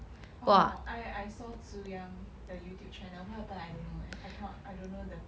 orh I I saw tzu yang the Youtube channel what happen I don't know leh I cannot I don't know the